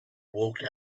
walked